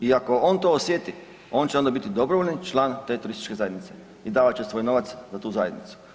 I ako to osjeti on će onda biti dobrovoljni član te turističke zajednice i davat će svoj novac za tu zajednicu.